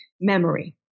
memory